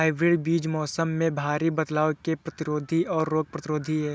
hybrid बीज मौसम में भारी बदलाव के प्रतिरोधी और रोग प्रतिरोधी हैं